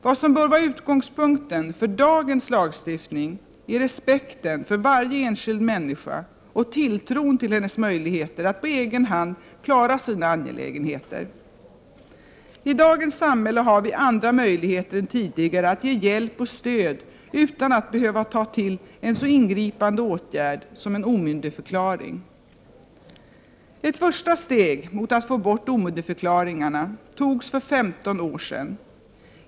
Vad som bör vara utgångspunkten för dagens lagstiftning är respekten för varje enskild människa och tilltron till hennes möjligheter att på egen hand klara sina angelägenheter. I dagens samhälle har vi andra möjligheter än tidigare att ge hjälp och stöd utan att behöva ta till en så ingripande åtgärd som en omyndigförklaring. Ett första steg mot att få bort omyndigförklaringarna togs för 15 år sedan.